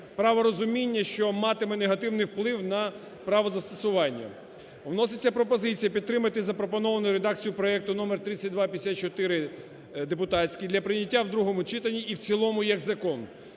праворозуміння, що матиме негативний вплив на право застосування. Вноситься пропозиція підтримати запропоновану редакцію проекту (номер 3254-депутаський) для прийняття в другому читанні і в цілому як закон.